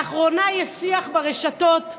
לאחרונה יש שיח ברשתות,